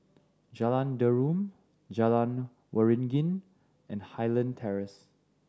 Jalan Derum Jalan Waringin and Highland Terrace